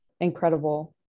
incredible